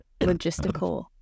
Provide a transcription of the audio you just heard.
logistical